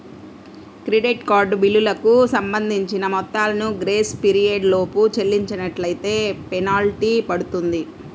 credit card బిల్లులకు సంబంధించిన మొత్తాలను గ్రేస్ పీరియడ్ లోపు చెల్లించనట్లైతే ఫెనాల్టీ పడుతుంది